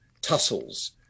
tussles